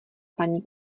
paní